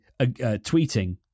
tweeting